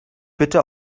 bitte